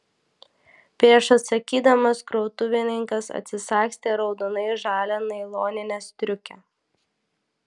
prieš atsakydamas krautuvininkas atsisagstė raudonai žalią nailoninę striukę